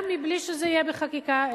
גם מבלי שזה יהיה בחקיקה,